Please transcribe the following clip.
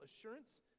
assurance